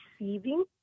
receiving